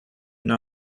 know